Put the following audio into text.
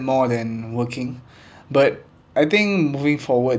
more than working but I think moving forward